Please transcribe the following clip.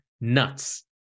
nuts